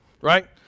right